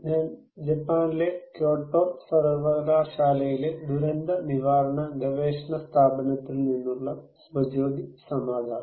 ഞാൻ ജപ്പാനിലെ ക്യോട്ടോ സർവകലാശാലയിലെ ദുരന്ത നിവാരണ ഗവേഷണ സ്ഥാപനത്തിൽ നിന്നുള്ള സുഭജ്യോതി സമാദാർ